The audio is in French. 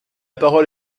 parole